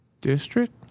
district